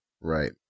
Right